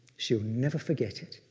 she will never forget it.